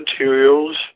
materials